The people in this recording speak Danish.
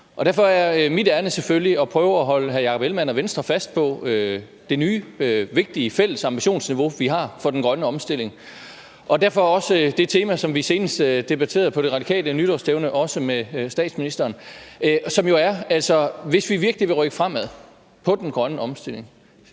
derfor er mit ærinde selvfølgelig at prøve at holde hr. Jakob Ellemann-Jensen og Venstre fast på det nye, vigtige fælles ambitionsniveau, vi har for den grønne omstilling. Og derfor vil jeg også nævne det tema, som vi senest debatterede på De Radikales nytårsstævne, også med statsministeren, og som jo er, at hvis vi virkelig vil rykke fremad på den grønne omstilling,